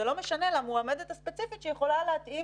זה לא משנה למועמדת הספציפית שיכולה להתאים